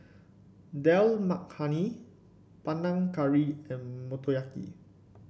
Dal Makhani Panang Curry and Motoyaki